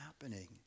happening